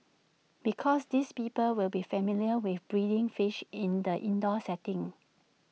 because these people will be familiar with breeding fish in the indoor setting